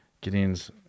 Gideon's